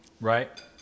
Right